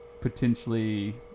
potentially